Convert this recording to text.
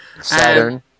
Saturn